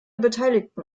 beteiligten